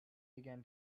began